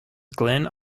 glen